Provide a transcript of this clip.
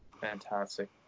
Fantastic